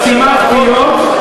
סתימת פיות,